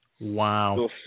Wow